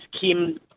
Kim